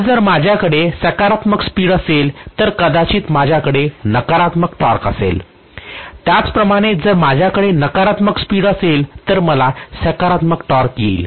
तर जर माझ्याकडे सकारात्मक स्पीड असेल तर कदाचित माझ्याकडे नकारात्मक टॉर्क असेल त्याचप्रमाणे जर माझ्याकडे नकारात्मक स्पीड असेल तर मला सकारात्मक टॉर्क येईल